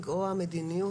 לא בטוח שיקדמו חריג נוסף,